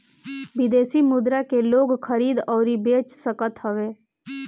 विदेशी मुद्रा के लोग खरीद अउरी बेच सकत हवे